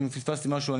אם פספסתי משהו,